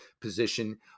position